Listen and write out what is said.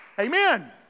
Amen